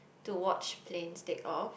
to watch planes take off